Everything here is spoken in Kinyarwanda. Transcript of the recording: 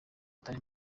atari